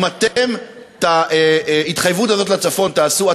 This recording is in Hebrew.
אם אתם את ההתחייבות הזאת לצפון תעשו,